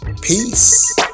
peace